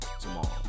tomorrow